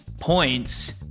points